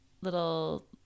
little